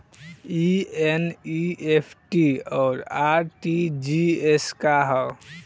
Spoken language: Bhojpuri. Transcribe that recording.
ई एन.ई.एफ.टी और आर.टी.जी.एस का ह?